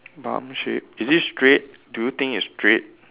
bun shape is it straight do you think it's straight